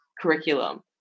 curriculum